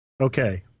Okay